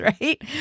right